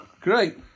Great